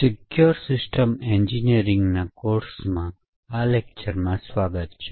secure system એન્જિનિયરિંગના કોર્સમાં આ લેક્ચરમાં સ્વાગત છે